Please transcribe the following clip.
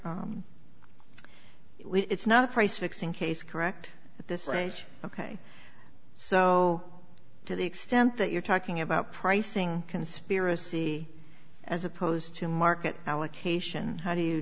it's not a price fixing case correct at this range ok so to the extent that you're talking about pricing conspiracy as opposed to market allocation how do you